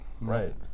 Right